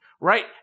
right